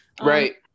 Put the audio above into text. right